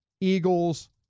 Eagles